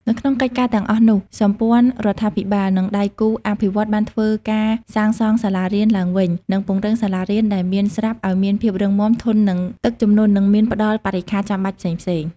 នៅក្នុងកិច្ចការទាំងអស់នោះ សម្ព័ន្ធរដ្ឋាភិបាល និងដៃគូអភិវឌ្ឍន៍បានធ្វើការសាងសង់សាលារៀនឡើងវិញ និងពង្រឹងសាលារៀនដែលមានស្រាប់ឱ្យមានភាពរឹងមាំ ធន់នឹងទឹកជំនន់ និងមានផ្តល់បរិក្ខារចាំបាច់ផ្សេងៗ។